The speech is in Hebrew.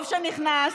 טוב שנכנסת.